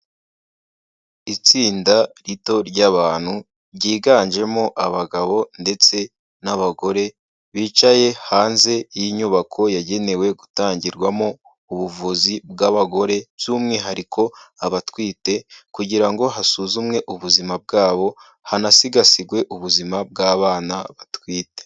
Itsinda rito ry'abantu, ryiganjemo abagabo ndetse n'abagore, bicaye hanze y'inyubako yagenewe gutangirwamo ubuvuzi bw'abagore by'umwihariko abatwite kugira ngo hasuzumwe ubuzima bwabo, hanasigasirwe ubuzima bw'abana batwite.